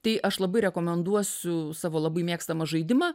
tai aš labai rekomenduosiu savo labai mėgstamą žaidimą